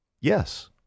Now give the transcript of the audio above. Yes